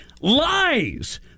lies